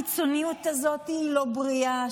הקיצוניות הזאת לא בריאה,